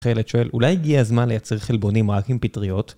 חיילת שואל, אולי הגיע הזמן לייצר חלבונים רק עם פטריות?